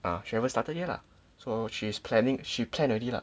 uh she haven't started yet lah so she is planning she plan already lah